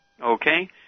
Okay